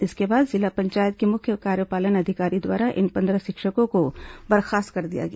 इसके बाद जिला पंचायत की मुख्य कार्यपालन अधिकारी द्वारा इन पंद्रह शिक्षकों को बर्खास्त कर दिया गया